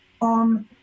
on